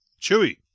Chewy